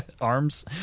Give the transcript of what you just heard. arms